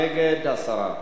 נגד, הסרה.